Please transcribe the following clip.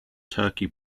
turkey